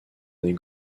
des